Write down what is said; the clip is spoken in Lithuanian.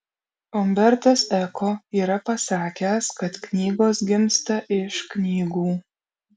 umbertas eko yra pasakęs kad knygos gimsta iš knygų